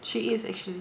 she is actually